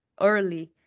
early